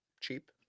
cheap